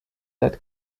that